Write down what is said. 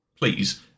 Please